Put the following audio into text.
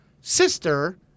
sister